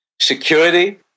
Security